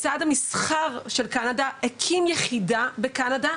משרד המסחר של קנדה הקים יחידה בקנדה,